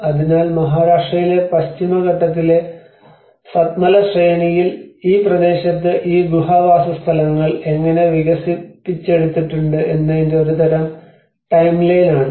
അതിനാൽ മഹാരാഷ്ട്രയിലെ പശ്ചിമഘട്ടത്തിലെ സത്മല ശ്രേണിയിൽ ഈ പ്രദേശത്ത് ഈ ഗുഹ വാസസ്ഥലങ്ങൾ എങ്ങനെ വികസിപ്പിച്ചെടുത്തിട്ടുണ്ട് എന്നതിന്റെ ഒരു തരം ടൈംലൈൻ ആണ്